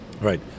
Right